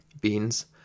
beans